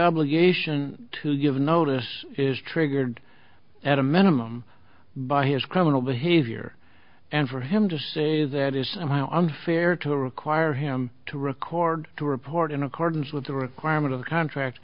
obligation to give notice is triggered at a minimum by his criminal behavior and for him to say that is somehow unfair to require him to record to report in accordance with the requirement of the contract